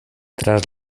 tras